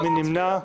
מי נמנע?